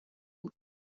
بود